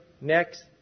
next